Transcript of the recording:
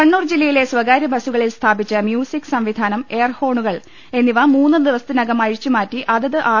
കണ്ണൂർ ജില്ലയിലെ സ്വകാര്യ ബസ്സുകളിൽ സ്ഥാപിച്ച മ്യൂസിക് സംവി ധാനം എയർഹോണുകൾ എന്നിവ മൂന്ന് ദിവസത്തിനകം അഴിച്ചുമാറ്റി അതത് ആർ